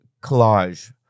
collage